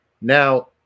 Now